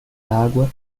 água